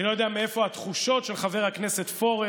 אני לא יודע מאיפה התחושות של חבר הכנסת פורר,